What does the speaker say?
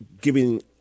giving